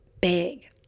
big